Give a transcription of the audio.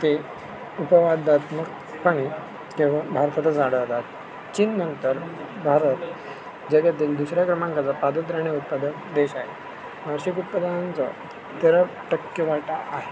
ते उपवाध्यात्मकपणे तेव्हा भारतातच आढळतात चीननंतर भारत जगातील दुसऱ्या क्रमांकाचं पादत्राणे उत्पादक देश आहे वार्षिक उत्पादनांचा तेरा टक्के वाटा आहे